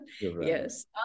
Yes